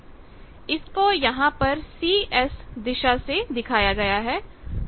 इसको यहां पर Cs दिशा से दिखाया गया है